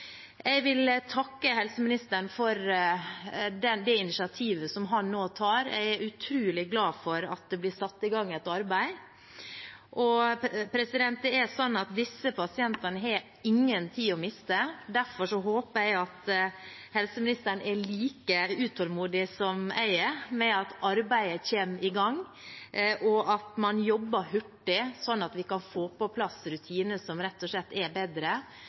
Jeg vil takke helseministeren for det initiativet han nå tar. Jeg er utrolig glad for at det blir satt i gang et arbeid. Disse pasientene har ingen tid å miste. Derfor håper jeg at helseministeren er like utålmodig som jeg er etter at arbeidet skal komme i gang, og at man jobber hurtig, sånn at vi kan få på plass rutiner som rett og slett er bedre,